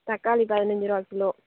தக்காளி பதினஞ்சு ரூபா கிலோ